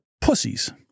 pussies